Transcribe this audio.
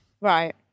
right